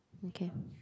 okay